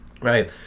right